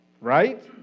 right